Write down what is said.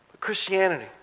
Christianity